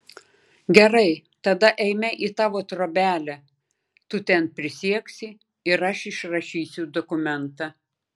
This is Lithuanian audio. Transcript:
gerai tada eime į tavo trobelę tu ten prisieksi ir aš išrašysiu dokumentą